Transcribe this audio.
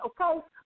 okay